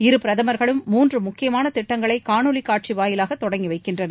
இரு பிரதமர்களும் முன்று முக்கியமான திட்டங்களை காணொளி காட்சி வாயிலாக தொடங்கி வைக்கின்றனர்